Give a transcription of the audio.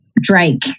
Drake